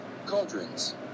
cauldrons